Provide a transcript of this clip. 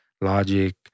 Logic